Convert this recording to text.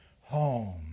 home